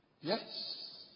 Yes